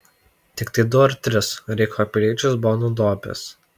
tiktai du ar tris reicho piliečius buvo nudobęs